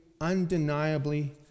undeniably